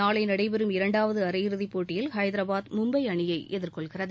நாளை நடைபெறும் இரண்டாவது அரையிறுதிப்போட்டியில் ஹைதராபாத் மும்பை அணியை எதிர்கொள்கிறது